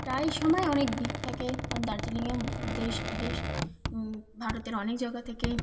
প্রায় সময় অনেক দিক থাকে কারণ দার্জিলিংয়ে দেশ বিদেশ ভারতের অনেক জায়গা থেকে